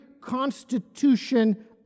constitution